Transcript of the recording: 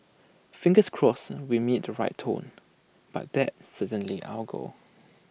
fingers crossed we meet the right tone but that's certainly our goal